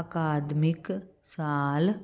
ਅਕਾਦਮਿਕ ਸਾਲ